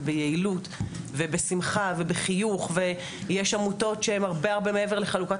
ביעילות ובשמחה ובחיוך ויש עמותות שהן הרבה הרבה מעבר לחלוקת